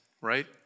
right